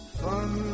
fun